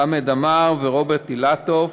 חמד עמאר ורוברט אילטוב.